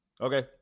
Okay